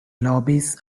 lobbies